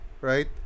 right